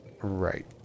Right